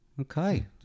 Okay